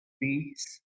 Beats